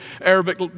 Arabic